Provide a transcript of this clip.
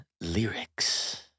lyrics